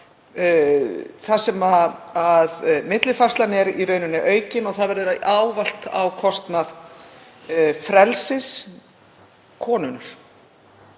þar sem millifærslan er í rauninni aukin verður ávallt á kostnað frelsis konunnar.